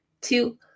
two